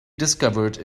discovered